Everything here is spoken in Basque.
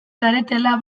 zaretela